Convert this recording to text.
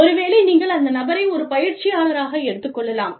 ஒருவேளை நீங்கள் அந்த நபரை ஒரு பயிற்சியாளராக எடுத்துக் கொள்ளலாம்